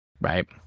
Right